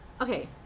Okay